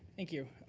thank you,